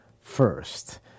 first